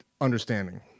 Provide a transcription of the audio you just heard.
understanding